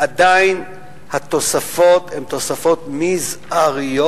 עדיין התוספות הן תוספות מזעריות,